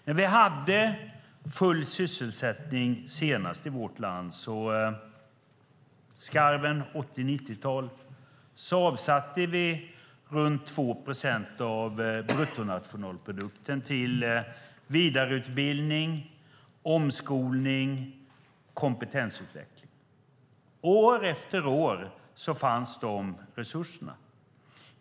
När vi hade full sysselsättning senast i vårt land, vid skarven mellan 80-tal och 90-tal, avsatte vi runt 2 procent av bruttonationalprodukten till vidareutbildning, omskolning och kompetensutveckling. År efter år fanns de resurserna.